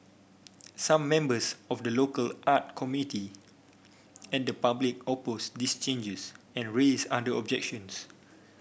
some members of the local art community and the public opposed these changes and raised other objections